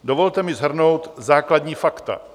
Dovolte mi shrnout základní fakta.